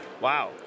Wow